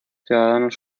ciudadanos